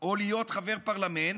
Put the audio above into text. או להיות חבר פרלמנט,